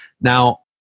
Now